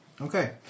Okay